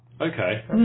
Okay